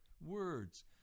words